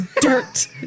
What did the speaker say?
dirt